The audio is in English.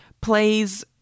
plays